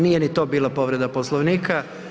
Nije ni to bila povreda Poslovnika.